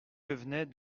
devenait